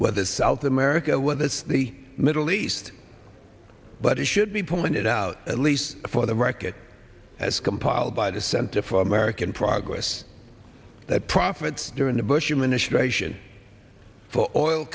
whether it's south america whether it's the middle east but it should be pointed out at least for the record as compiled by the center for american progress that profits during the bush administration for oil